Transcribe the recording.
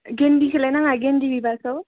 गेन्देखौलाय नाङा गेन्दे बिबारखौ